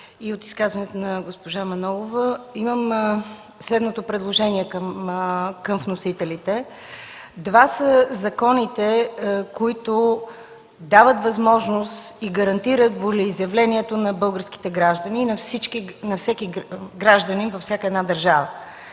и с изказването на госпожа Манолова, имам следното предложение към вносителите. Два са законите, които дават възможност и гарантират волеизявлението на българските граждани и на всеки гражданин във всяка една държава.